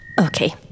okay